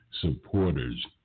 supporters